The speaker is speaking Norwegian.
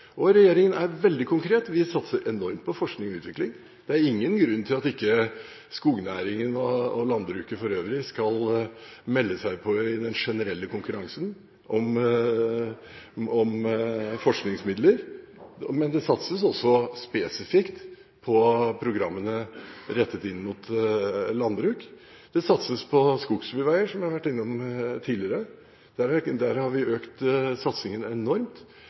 her. Regjeringen er veldig konkret. Vi satser enormt på forskning og utvikling. Det er ingen grunn til at ikke skognæringen og landbruket for øvrig skal melde seg på i den generelle konkurransen om forskningsmidler, men det satses også spesifikt på programmene rettet inn mot landbruk. Det satses på skogsbilveier, som vi har vært innom tidligere. Der har vi økt satsingen enormt.